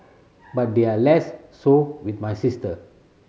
but they're less so with my sister